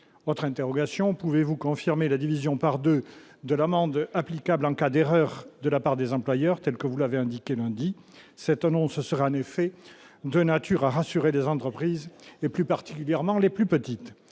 autre interrogation : pouvez-vous confirmer la division par 2 de l'amende applicable en cas d'erreur de la part des employeurs, telle que vous l'avez indiqué lundi cette annonce sera en effet de nature à rassurer les entreprises et plus particulièrement les plus petites,